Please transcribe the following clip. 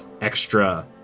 extra